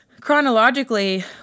chronologically